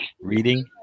Reading